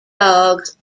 dogs